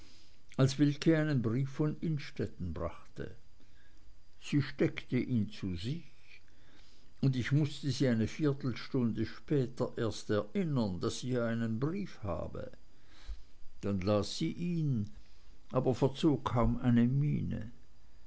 als wilke einen brief von innstetten brachte sie steckte ihn zu sich und ich mußte sie eine viertelstunde später erst erinnern daß sie ja einen brief habe dann las sie ihn aber verzog kaum eine miene